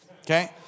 Okay